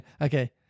Okay